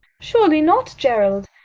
surely not, gerald!